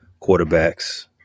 quarterbacks